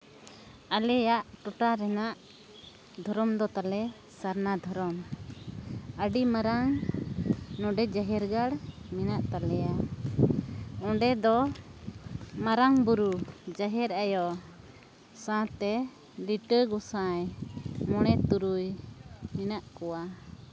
ᱟᱞᱮᱭᱟᱜ ᱴᱚᱴᱷᱟ ᱨᱮᱱᱟᱜ ᱫᱷᱚᱨᱚᱢ ᱫᱚ ᱛᱟᱞᱮ ᱥᱟᱨᱱᱟ ᱫᱷᱚᱨᱚᱢ ᱟᱹᱰᱤ ᱢᱟᱨᱟᱝ ᱱᱚᱰᱮ ᱡᱟᱦᱮᱨ ᱜᱟᱲ ᱢᱮᱱᱟᱜ ᱛᱟᱞᱮᱭᱟ ᱚᱸᱰᱮ ᱫᱚ ᱢᱟᱨᱟᱝ ᱵᱩᱨᱩ ᱡᱟᱦᱮᱨ ᱟᱭᱳ ᱥᱟᱶᱛᱮ ᱞᱤᱴᱟᱹ ᱜᱚᱸᱥᱟᱭ ᱢᱚᱬᱮ ᱛᱩᱨᱩᱭ ᱢᱮᱱᱟᱜ ᱠᱚᱣᱟ